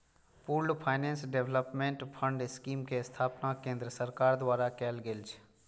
pooled finance development fund scheme के स्थापना केंद्र सरकार द्वारा कैल गेल छै